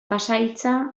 pasahitza